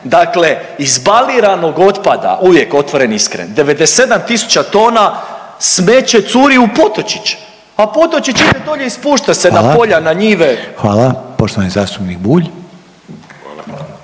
dakle iz baliranog otpada, uvijek otvoren i iskren, 97 tisuća tona smeće curi u potočiće, a potočić ide dolje i spušta se na polja …/Upadica: Hvala./… na njive